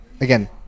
again